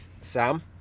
Sam